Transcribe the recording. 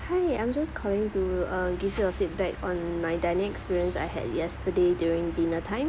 hi I'm just calling to uh give you a feedback on my dining experience I had yesterday during dinner time